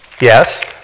Yes